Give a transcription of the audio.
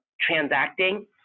transacting